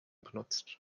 benutzt